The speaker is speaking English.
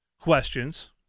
questions